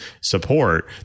support